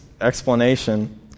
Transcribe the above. explanation